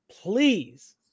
please